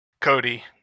Cody